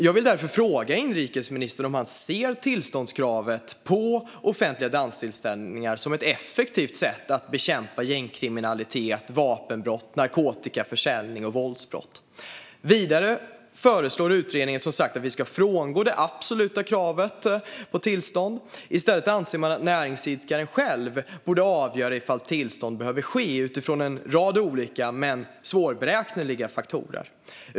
Jag vill därför fråga inrikesministern om han ser tillståndskravet för offentliga danstillställningar som ett effektivt sätt att bekämpa gängkriminalitet, vapenbrott, narkotikaförsäljning och våldsbrott. Utredningen föreslår som sagt att vi ska frångå det absoluta tillståndskravet. Man anser att näringsidkaren själv borde avgöra ifall tillstånd behövs utifrån en rad olika men svårberäkneliga faktorer.